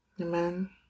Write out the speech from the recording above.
Amen